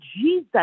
jesus